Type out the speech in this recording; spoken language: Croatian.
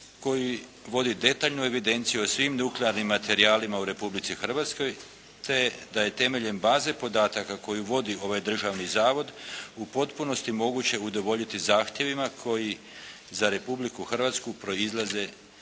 koji vodi detaljnu evidenciju o svim nuklearnim materijalima u Republici Hrvatskoj, te da je temeljem baze podataka koju vodi ovaj državni zavod u potpunosti moguće udovoljiti zahtjevima koji za Republiku Hrvatsku proizlaze